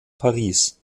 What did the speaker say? paris